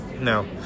no